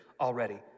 already